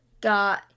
got